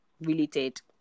related